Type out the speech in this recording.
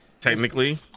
technically